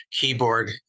keyboard